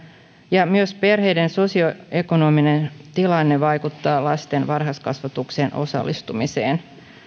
ja myös perheiden sosioekonominen tilanne vaikuttaa lasten varhaiskasvatukseen osallistumiseen